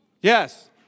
Yes